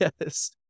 Yes